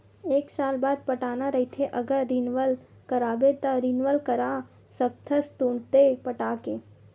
एक साल बाद पटाना रहिथे अगर रिनवल कराबे त रिनवल करा सकथस तुंरते पटाके